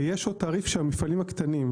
ויש עוד תעריף של המפעלים הקטנים,